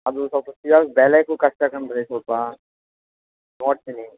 ಅದು ಸ್ವಲ್ಪ ಸಿಗೋ ಬೆಳ್ಯಾಕು ಕಷ್ಟ ಕಣ್ರೀ ಸ್ವಲ್ಪ ನೋಡ್ತೀನಿ